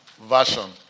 version